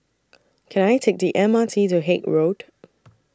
Can I Take The M R T to Haig Road